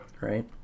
right